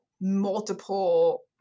multiple